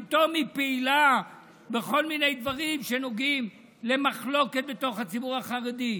פתאום היא פעילה בכל מיני דברים שנוגעים למחלוקת בתוך הציבור החרדי.